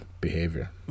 behavior